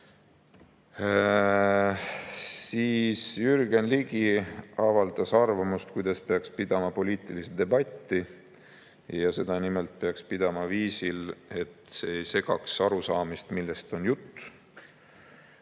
Jürgen Ligi avaldas arvamust, kuidas peaks pidama poliitilist debatti. Seda peaks pidama nimelt sellisel viisil, et see ei segaks arusaamist, millest on jutt.